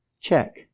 Check